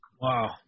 Wow